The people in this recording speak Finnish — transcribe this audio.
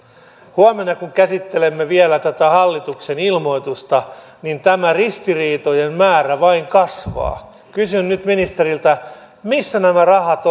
huomenna kun käsittelemme vielä tätä hallituksen ilmoitusta tämä ristiriitojen määrä vain kasvaa kysyn nyt ministeriltä missä nämä rahat